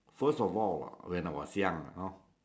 first of all when I was young you know